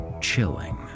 chilling